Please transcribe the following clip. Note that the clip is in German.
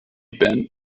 band